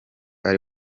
ari